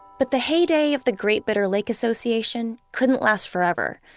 but the heyday of the great bitter lake association couldn't last forever.